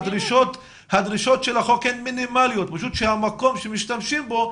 הדרישות של החוק הן מינימליות והן לגבי המקום בו משתמשים.